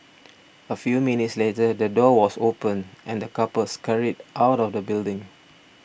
a few minutes later the door was opened and the couple scurried out of the building